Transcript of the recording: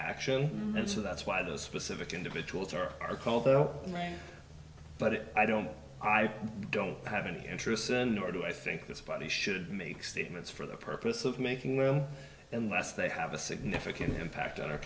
action and so that's why those specific individuals are called oh man but i don't know i don't have any interest in nor do i think this body should make statements for the purpose of making room unless they have a significant impact on our